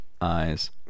eyes